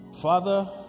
Father